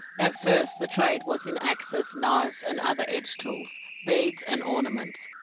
at first the trade was in axes, knives, and other edge-tools, beads, and ornaments,